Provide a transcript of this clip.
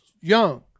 young